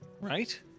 Right